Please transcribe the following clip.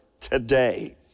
today